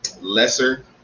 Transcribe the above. lesser